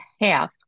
half